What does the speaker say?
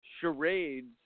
charades